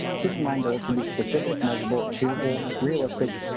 keep in mind goals should be specific, measurable, achievable, realistic,